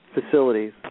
facilities